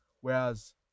whereas